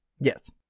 Yes